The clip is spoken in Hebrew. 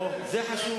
אוה, זה חשוב.